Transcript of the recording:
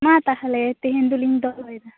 ᱢᱟ ᱛᱟᱦᱚᱞᱮ ᱛᱮᱦᱮᱧ ᱫᱚᱞᱤᱧ ᱫᱚᱦᱚᱭᱮᱫᱟ